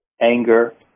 anger